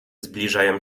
zbliżają